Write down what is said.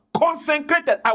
consecrated